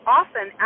often